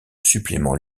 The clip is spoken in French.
supplément